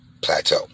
plateau